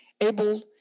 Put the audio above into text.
able